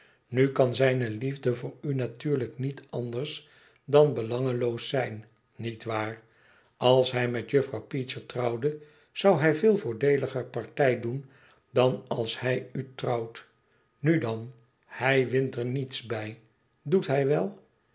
nu kan zijne liefde voor u natuurlijk niet anders dan belangeloos zijn niet waar als hij met juffrouw peecher trouwde zou hij veel voordeeliger partij doen dan als hij u trouwt nu dan hij wint er niets bij doet hij wel